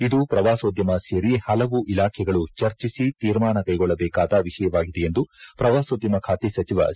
ಇದು ಪ್ರವಾಸೋದ್ವಮ ಸೇರಿ ಪಲವು ಇಲಾಖೆಗಳು ಚರ್ಚಿಸಿ ಶೀರ್ಮಾನ ಕೈಗೊಳ್ಳಬೇಕಾದ ವಿಷಯವಾಗಿದೆ ಎಂದು ಪ್ರವಾಸೋದ್ಯಮ ಖಾತೆ ಸಚಿವ ಸಿ